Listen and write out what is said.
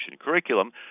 curriculum